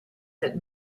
that